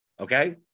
Okay